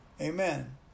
Amen